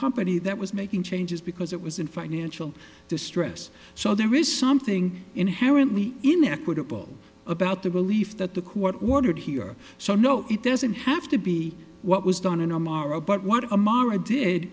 company that was making changes because it was in financial distress so there is something inherently inequitable about their belief that the court ordered here so no it doesn't have to be what was done in amaro but what ammara did